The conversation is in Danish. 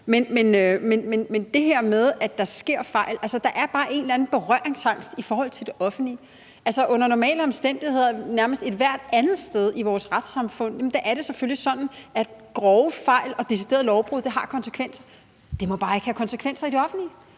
Men der sker fejl, og der er altså bare en eller anden berøringsangst i forhold til det offentlige. Nærmest ethvert andet sted i vores retssamfund er det under normale omstændigheder selvfølgelig sådan, at grove fejl og deciderede lovbrud har konsekvenser. Det må bare ikke have konsekvenser i det offentlige.